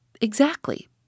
Exactly